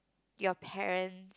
your parents